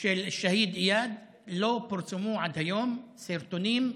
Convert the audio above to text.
של השהיד איאד, לא פורסמו עד היום הסרטונים?